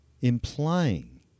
implying